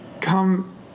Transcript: come